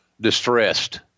distressed